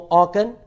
organ